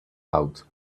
out